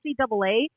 NCAA